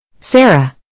Sarah